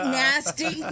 nasty